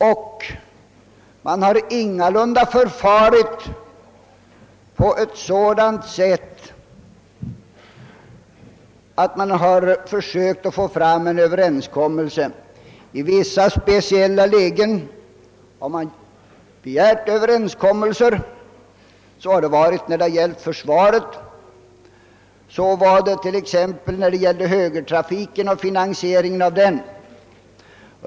Och man har ingalunda försökt nå fram till en överenskommelse. I vissa speciella lägen har man begärt överenskommelser, t.ex. när det gällt försvaret och högertrafiken samt finansieringen av den.